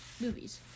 movies